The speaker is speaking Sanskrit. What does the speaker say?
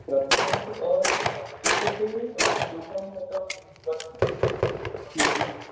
प्रथमं तु संस्कृते श्लोकं एकं वदतु किमपि एकं